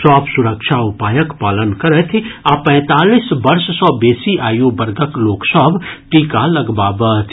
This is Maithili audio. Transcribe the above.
सभ सुरक्षा उपायक पालन करथि आ पैंतालीस वर्ष सँ बेसी आयु वर्गक लोक सभ टीका लगबावथि